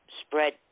spread